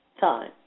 time